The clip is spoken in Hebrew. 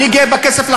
אני קורא אתכם לסדר.